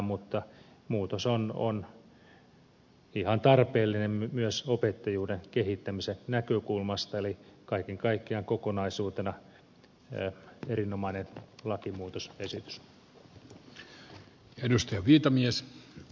mutta muutos on ihan tarpeellinen myös opettajuuden kehittämisen näkökulmasta eli kaiken kaikkiaan tämä on kokonaisuutena erinomainen lakimuutosesitys